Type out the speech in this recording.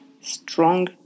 strong